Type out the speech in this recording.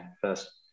first